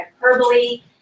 hyperbole